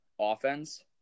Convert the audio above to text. offense